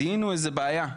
זיהינו איזה בעיה.